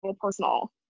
personal